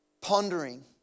pondering